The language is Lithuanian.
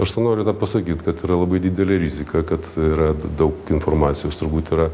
aš tai noriu tą pasakyt kad yra labai didelė rizika kad yra daug informacijos turbūt yra